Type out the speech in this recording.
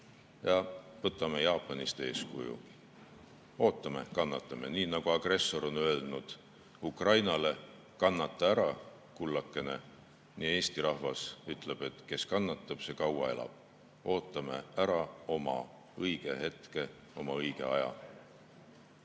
Ja võtame Jaapanist eeskuju. Ootame, kannatame. Agressor on öelnud Ukrainale: kannata ära, kullakene. Eesti rahvas ütleb, et kes kannatab, see kaua elab. Ootame ära oma õige hetke, oma õige aja! Ma